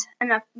enough